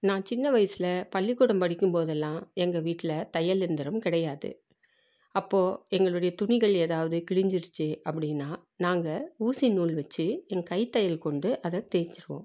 நான் சின்ன வயசில் பள்ளிக்கூடம் படிக்கும்போதெல்லாம் எங்கள் வீட்டில் தையல் இயந்திரம் கிடையாது அப்போ எங்களுடைய துணிகள் எதாவது கிழிஞ்சிருச்சு அப்படின்னா நாங்கள் ஊசி நூல் வச்சி என் கைத் தையல் கொண்டு அதை தைச்சிருவோம்